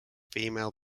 female